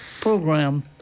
program